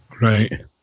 Right